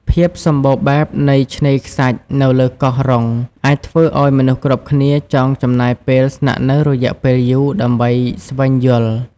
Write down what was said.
ភាពសម្បូរបែបនៃឆ្នេរខ្សាច់នៅលើកោះរ៉ុង អាចធ្វើឲ្យមនុស្សគ្រប់គ្នាចង់ចំណាយពេលស្នាក់នៅរយៈពេលយូរដើម្បីស្វែងយល់។